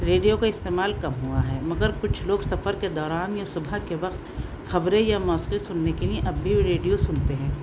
radio کا استعمال کم ہوا ہے مگر کچھ لوگ سفر کے دوران یا صبح کے وقت خبریں یا موسیقی سننے کے لئیں اب بھی ریڈیو سنتے ہیں